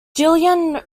jillian